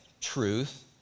truth